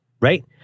right